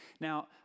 Now